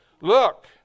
Look